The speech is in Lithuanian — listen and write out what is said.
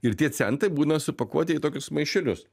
ir tie centai būna supakuoti į tokius maišelius